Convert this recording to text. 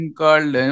called